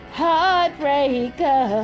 heartbreaker